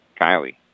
Kylie